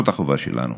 זאת החובה שלנו.